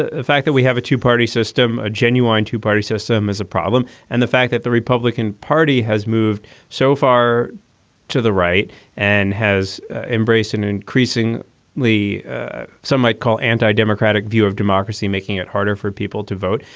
ah the fact that we have a two party system, a genuine two party system is a problem. and the fact that the republican party has moved so far to the right and has embraced an increasing lee some might call anti-democratic view of democracy, making it harder for people to vote.